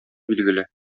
билгеле